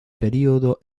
período